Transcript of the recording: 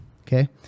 Okay